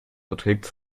beträgt